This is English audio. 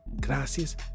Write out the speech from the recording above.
gracias